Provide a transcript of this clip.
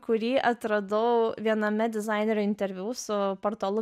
kurį atradau viename dizainerio interviu su portalu